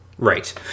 Right